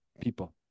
people